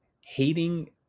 hating